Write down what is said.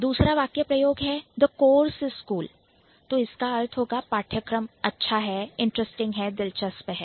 दूसरा वाक्य प्रयोग है The course is cool the course is cool तो इसका अर्थ होगा की पाठ्यक्रम अच्छा है दिलचस्प है